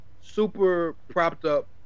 super-propped-up